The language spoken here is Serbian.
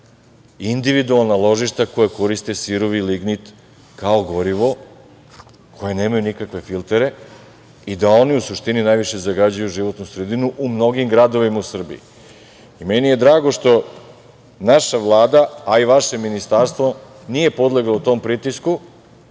individualna ložišta, koja koriste sirovi lignit kao gorivo, koji nemaju nikakve filtere, i da oni u suštini najviše zagađuju životnu sredinu u mnogim gradovima u Srbiji. Meni je drago što naša Vlada, a i vaše ministarstvo nije podleglo tom pritisku,